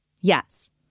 yes